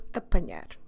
apanhar